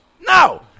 No